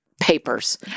papers